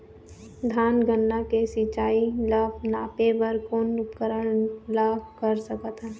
धान गन्ना के ऊंचाई ला नापे बर कोन उपकरण ला कर सकथन?